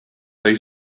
they